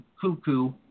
cuckoo